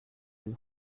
will